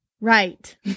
Right